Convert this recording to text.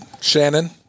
Shannon